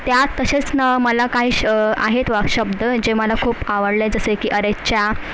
त्या तसंच नं मला काही श आहेत वाक्शब्द जे मला खूप आवडले जसे की अरेच्चा